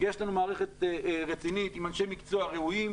יש לנו מערכת רצינית עם אנשי מקצוע ראויים,